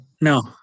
No